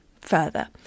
further